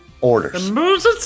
orders